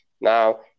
Now